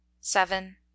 seven